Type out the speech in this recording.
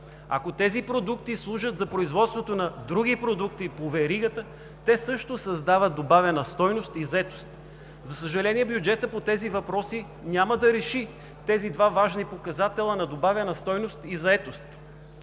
Ако тези продукти служат за производството на други продукти по веригата, те също създават добавена стойност и заетост. За съжаление, бюджетът по тези въпроси няма да реши тези два важни показателя на добавена стойност и заетост.